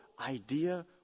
idea